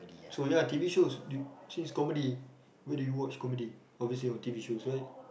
so ya t_v shows do you change comedy where do you watch comedy obviously on t_v shows right